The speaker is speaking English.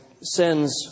sends